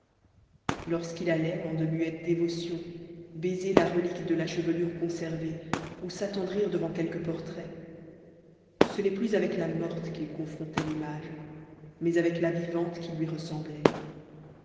lorsqu'il allait en de muettes dévotions baiser la relique de la chevelure conservée ou s'attendrir devant quelque portrait ce n'est plus avec la morte qu'il confrontait l'image mais avec la vivante qui lui ressemblait